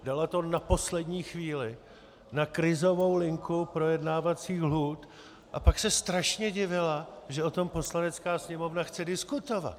Dala to na poslední chvíli na krizovou linku projednávacích lhůt, a pak se strašně divila, že o tom Poslanecká sněmovna chce diskutovat.